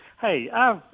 Hey